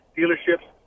Dealerships